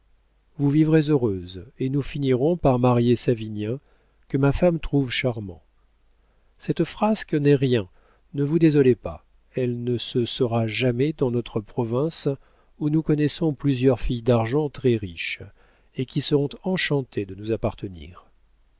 vous vivrez heureuse et nous finirons par marier savinien que ma femme trouve charmant cette frasque n'est rien ne vous désolez pas elle ne se saura jamais dans notre province où nous connaissons plusieurs filles d'argent très riches et qui seront enchantées de nous appartenir